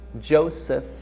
joseph